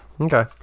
Okay